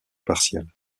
partielle